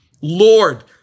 Lord